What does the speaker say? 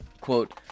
Quote